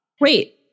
Wait